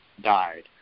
died